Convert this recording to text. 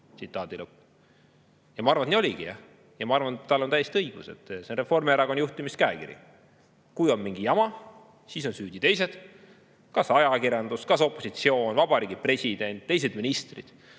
Ma arvan, et nii oligi, ja ma arvan, et tal on täiesti õigus. See on Reformierakonna juhtimiskäekiri. Kui on mingi jama, siis on süüdi teised: ajakirjandus, opositsioon, Vabariigi President, teised ministrid.